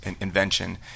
invention